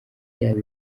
yabo